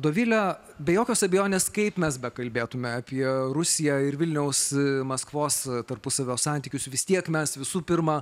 dovile be jokios abejonės kaip mes bekalbėtume apie rusiją ir vilniaus maskvos tarpusavio santykius vis tiek mes visų pirma